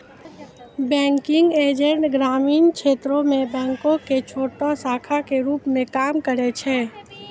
banking agent ग्रामीण क्षेत्रो मे बैंको के छोटो शाखा के रुप मे काम करै छै